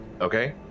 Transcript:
okay